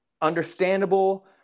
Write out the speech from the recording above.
understandable